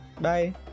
bye